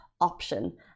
option